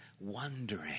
wondering